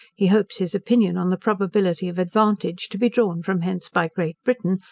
he hopes his opinion on the probability of advantage to be drawn from hence by great britain,